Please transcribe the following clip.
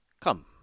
Come